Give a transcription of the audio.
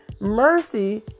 Mercy